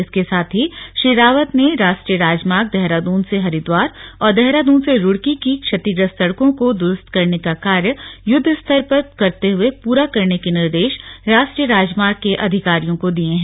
इसके साथ ही श्री रावत ने राष्ट्रीय राजमार्ग देहरादून से हरिद्वार और देहरादून से रूड़की की क्षतिग्रस्त सड़कों को दुरूस्त करने का कार्य युद्वस्तर पर करते हुए पूरा करने के निर्देश राष्ट्रीय राजमार्ग के अधिकारियों को दिये हैं